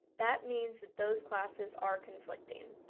that means that those classes are conflicting.